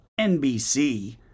NBC